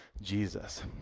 Jesus